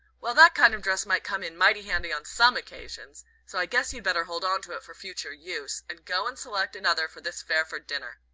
well, that kind of dress might come in mighty handy on some occasions so i guess you'd better hold on to it for future use, and go and select another for this fairford dinner,